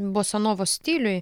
bosanovos stiliuj